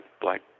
black